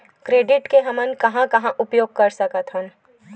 Credit के हमन कहां कहा उपयोग कर सकत हन?